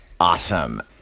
Awesome